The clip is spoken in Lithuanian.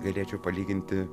galėčiau palyginti